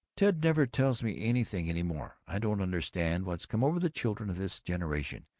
ted never tells me anything any more. i don't understand what's come over the children of this generation.